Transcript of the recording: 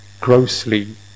grossly